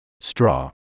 straw